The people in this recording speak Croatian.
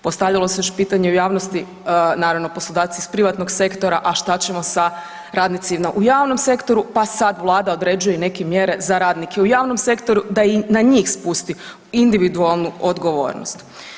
Postavljalo se još pitanje u javnosti, naravno poslodavci iz privatnog sektora a šta ćemo sa radnicima u javnom sektoru, pa sad Vlada određuje i neke mjere za radnike u javnom sektoru, da i na njih spusti individualnu odgovornost.